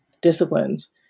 disciplines